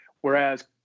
Whereas